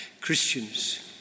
Christians